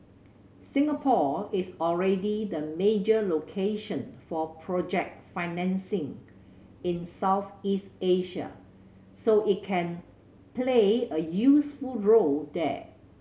Singapore is already the major location for project financing in Southeast Asia so it can play a useful role there